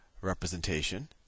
representation